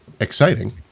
exciting